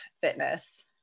fitness